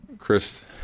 Chris